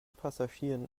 passagieren